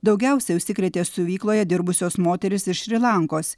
daugiausiai užsikrėtė stovykloje dirbusios moterys ir šri lankos